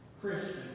Christian